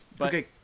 Okay